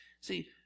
See